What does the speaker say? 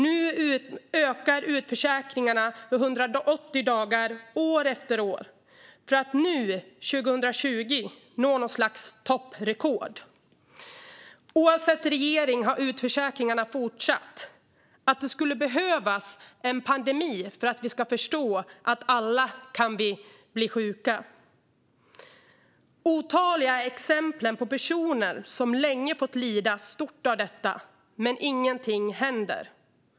Nu ökar utförsäkringarna vid 180 dagar, år efter år, för att 2020 nå något slags topp. Oavsett regering har utförsäkringarna fortsatt. Att det skulle behövas en pandemi för att vi ska förstå att vi alla kan bli sjuka! Otaliga är exemplen på personer som fått lida svårt, men ingenting händer.